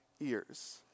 ears